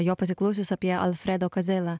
jo pasiklausius apie alfredo kazela